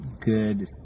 good